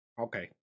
Okay